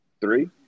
three